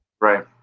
right